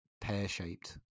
pear-shaped